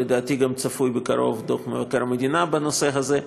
לדעתי גם צפוי בקרוב דוח מבקר המדינה בנושא הזה,